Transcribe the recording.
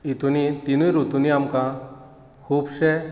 हातूंतय तिनूय रुतुंनी आमकां खुबशें